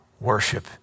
worship